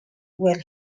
were